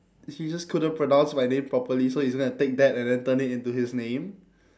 he just couldn't pronounce my name properly so he's gonna take that and then turn it into his name